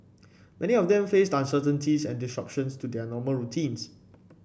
many of them faced uncertainties and disruptions to their normal routines